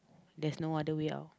there's no other way out